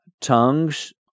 Tongues